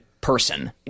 person